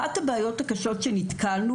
אחת הבעיות הקשות שנתקלנו